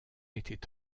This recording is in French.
était